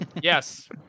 yes